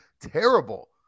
terrible